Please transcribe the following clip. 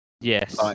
Yes